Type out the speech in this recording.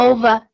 Over